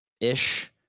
ish